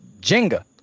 Jenga